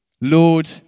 Lord